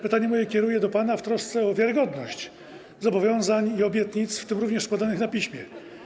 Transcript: Pytanie moje kieruję do pana, panie premierze, w trosce o wiarygodność zobowiązań i obietnic, w tym również podanych na piśmie.